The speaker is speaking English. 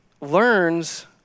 learns